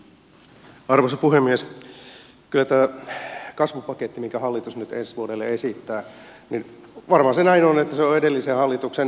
kyllä tämä kasvupaketti minkä hallitus nyt ensi vuodelle esittää varmaan näin on että se on edellisen hallituksen valmistelema